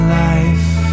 life